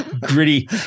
gritty